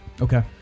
Okay